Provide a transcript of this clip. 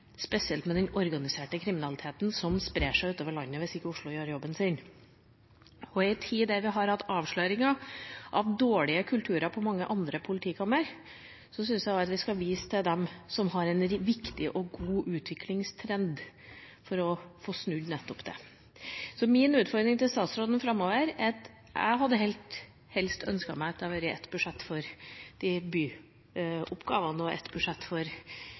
spesielt blant ungdom, spesielt med hverdagskriminalitet, spesielt med den organiserte kriminaliteten som sprer seg utover landet hvis Oslo ikke gjør jobben sin. Og i en tid da vi har hatt avsløringer av dårlige kulturer ved mange andre politikammer, syns jeg at vi skal vise til dem som har en viktig og god utviklingstrend, for å få snudd nettopp dette. Min utfordring til statsråden framover er: Jeg hadde helst ønsket at det hadde vært ett budsjett for byoppgavene og ett budsjett for